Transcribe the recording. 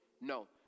No